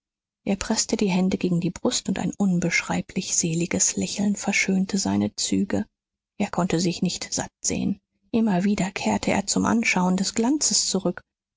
er preßte die hände gegen die brust und ein unbeschreiblich seliges lächeln verschönte seine züge er konnte sich nicht sattsehen immer wieder kehrte er zum anschauen des glanzes zurück